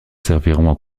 serviront